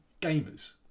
gamers